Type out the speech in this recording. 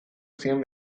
zion